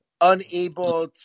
unable